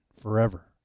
forever